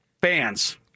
fans